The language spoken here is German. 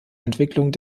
entwicklung